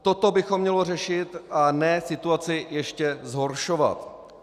Toto bychom měli řešit, a ne situaci ještě zhoršovat.